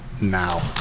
now